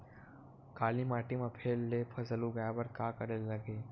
काली माटी म फेर ले फसल उगाए बर का करेला लगही?